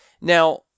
now